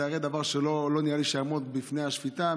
זה הרי דבר שלא נראה לי שיעמוד בפני השפיטה,